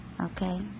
okay